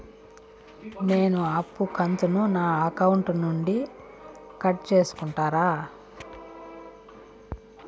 నేను అప్పు కంతును నా అకౌంట్ నుండి కట్ సేసుకుంటారా?